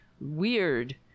Weird